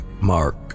mark